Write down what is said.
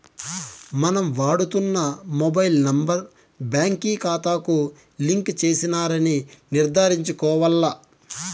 మనం వాడుతున్న mobile number బాంకీ కాతాకు లింక్ చేసినారని నిర్ధారించుకోవాల్ల